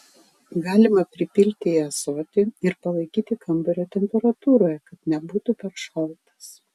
galima pripilti į ąsotį ir palaikyti kambario temperatūroje kad nebūtų per šaltas